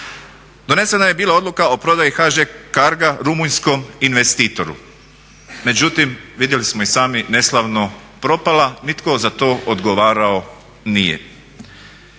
Donesena je bila odluka o prodaji HŽ Cargo-a rumunjskom investitoru, međutim vidjeli smo i sami neslavno propala, nitko za to odgovarao nije.